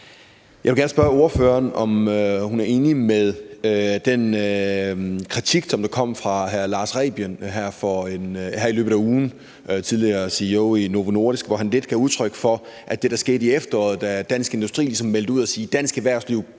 Jeg vil gerne spørge ordføreren, om hun er enig i den kritik, der kom fra hr. Lars Rebien Sørensen, tidligere CEO i Novo Nordisk, her i løbet af ugen, hvor han lidt gav udtryk for, at der i efteråret, da Dansk Industri meldte ud og sagde, at dansk erhvervsliv